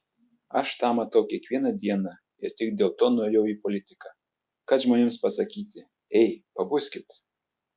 aš tą matau kiekvieną dieną ir tik dėl to nuėjau į politiką kad žmonėms pasakyti ei pabuskit